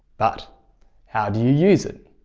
but how do you use it?